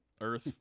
Earth